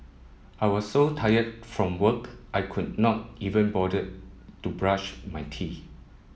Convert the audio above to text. I was so tired from work I could not even bother to brush my teeth